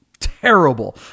terrible